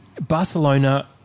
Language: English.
Barcelona